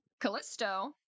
Callisto